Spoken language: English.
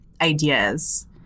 ideas